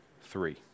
three